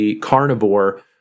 Carnivore